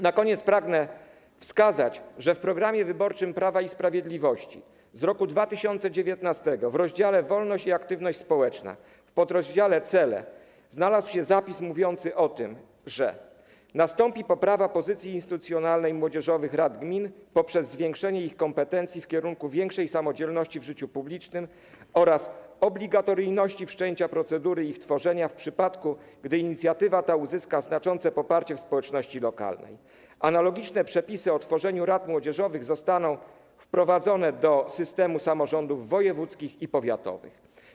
Na koniec pragnę wskazać, że w programie wyborczym Prawa i Sprawiedliwości z 2019 r. w rozdziale „Wolność i aktywność społeczna” w podrozdziale „Cele” znalazł się zapis mówiący o tym, że: nastąpi poprawa pozycji instytucjonalnej młodzieżowych rad gmin poprzez zwiększenie ich kompetencji w kierunku większej samodzielności w życiu publicznym oraz obligatoryjności wszczęcia procedury ich tworzenia w przypadku, gdy inicjatywa ta uzyska znaczące poparcie w społeczności lokalnej, a analogiczne przepisy o tworzeniu rad młodzieżowych zostaną wprowadzone do systemu samorządów wojewódzkich i powiatowych.